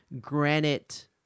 granite